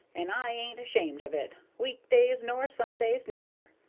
and i ain't ashamed of it, week-days nor sundays neither.